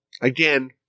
Again